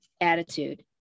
Attitude